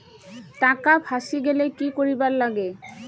টাকা ফাঁসি গেলে কি করিবার লাগে?